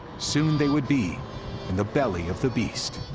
soon they would be in the belly of the beast,